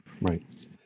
Right